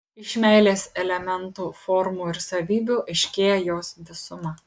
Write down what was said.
iš meilės elementų formų ir savybių aiškėja jos visuma